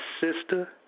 sister